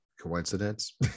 Coincidence